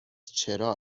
چرا